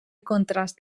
contrast